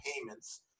payments